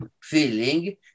feeling